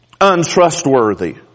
untrustworthy